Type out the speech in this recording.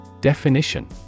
Definition